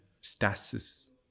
stasis